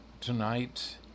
tonight